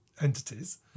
entities